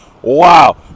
wow